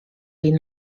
been